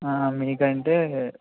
మీకంటే